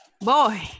Boy